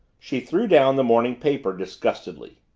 she threw down the morning paper disgustedly.